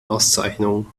auszeichnungen